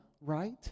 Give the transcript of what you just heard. right